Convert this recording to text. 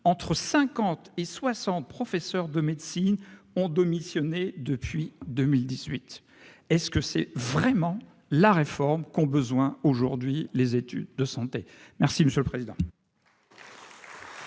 entre 50 et 60, professeur de médecine ont de missionner depuis 2018 est-ce que c'est vraiment la réforme qu'ont besoin aujourd'hui, les études de santé merci monsieur le président.